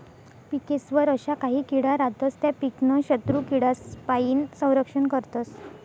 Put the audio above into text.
पिकेस्वर अशा काही किडा रातस त्या पीकनं शत्रुकीडासपाईन संरक्षण करतस